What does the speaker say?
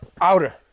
outer